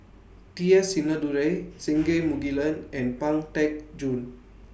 T S Sinnathuray Singai Mukilan and Pang Teck Joon